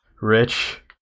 rich